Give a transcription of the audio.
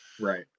Right